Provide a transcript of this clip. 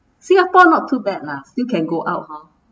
singapore not too bad lah still can go out hor